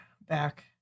back